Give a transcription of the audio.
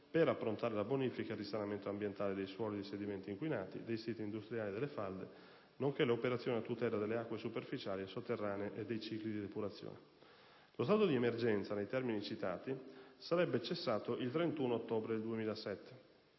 per approntare la bonifica ed il risanamento ambientale dei suoli e dei sedimenti inquinati, dei siti industriali e delle falde, nonché le operazioni a tutela delle acque superficiali e sotterranee e dei cicli di depurazione. Lo stato di emergenza nei termini citati sarebbe cessato il 31 ottobre 2007;